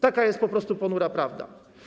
Taka jest po prostu ponura prawda.